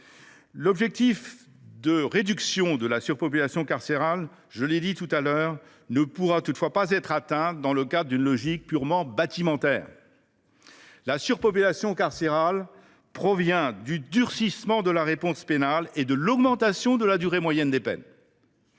l’objectif de réduction de la surpopulation carcérale, je l’ai dit dans mon propos liminaire, ne pourra pas être atteint dans le cadre d’une logique purement bâtimentaire. La surpopulation carcérale provient du durcissement de la réponse pénale et de l’augmentation de la durée moyenne des peines.